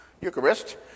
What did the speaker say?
Eucharist